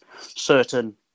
certain